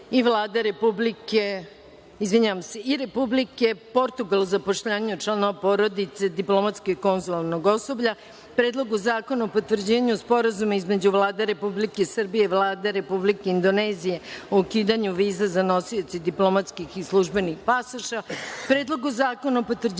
između Republike Srbije i Republike Portugal o zapošljavanju članova porodice diplomatskog i konzularnog osoblja; Predlogu zakona o potvrđivanju Sporazuma između Vlade Republike Srbije i Vlade Republike Indonezije o ukidanju viza za nosioce diplomatskih i službenih pasoša; Predlogu zakona o potvrđivanju